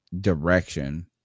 direction